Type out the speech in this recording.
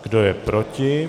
Kdo je proti?